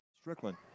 Strickland